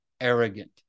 arrogant